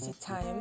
time